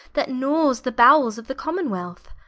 that gnawes the bowels of the common-wealth.